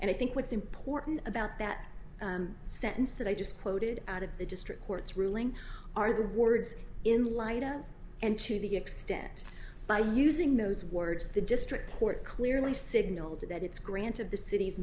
and i think what's important about that sentence that i just quoted out of the district court's ruling are the words in light of and to the extent by using those words the district court clearly signaled that its grant of the city's